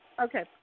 Okay